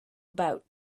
about